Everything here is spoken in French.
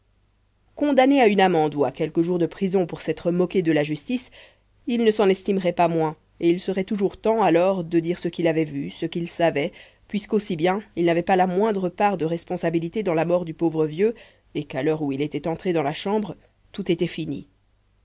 condamné à une amende ou à quelques jours de prison pour s'être moqué de la justice il ne s'en estimerait pas moins et il serait toujours temps alors de dire ce qu'il avait vu ce qu'il savait puisque aussi bien il n'avait pas la moindre part de responsabilité dans la mort du pauvre vieux et qu'à l'heure où il était entré dans la chambre tout était fini